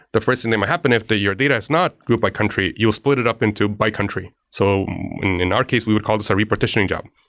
the first thing that might happen if your data is not grouped by country, you'll split it up into by country. so in our case, we would call this a repartitioning job.